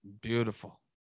Beautiful